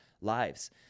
lives